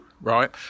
right